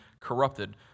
corrupted